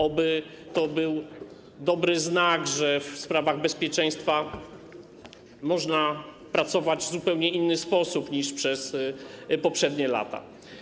Oby to był dobry znak - znak, że w sprawach bezpieczeństwa można pracować w zupełnie inny sposób niż przez poprzednie lata.